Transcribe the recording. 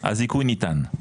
הזיכוי ניתן.